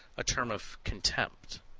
a term of contempt.